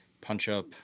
punch-up